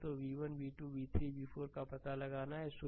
तो v1 v2 v3 v4 का पता लगाना है सुनो